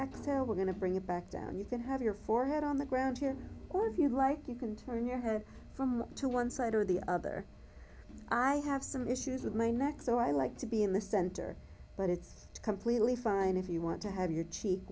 tell we're going to bring it back down you can have your forehead on the ground here or if you like you can turn your head from to one side or the other i have some issues with my neck so i like to be in the center but it's completely fine if you want to have your cheek